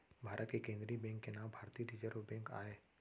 भारत के केंद्रीय बेंक के नांव भारतीय रिजर्व बेंक आय